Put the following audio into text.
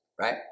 right